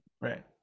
right